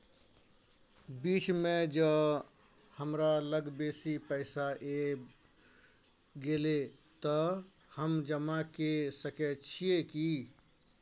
बीच म ज हमरा लग बेसी पैसा ऐब गेले त हम जमा के सके छिए की?